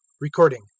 Recording